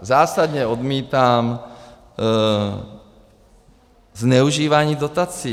Zásadně odmítám zneužívání dotací.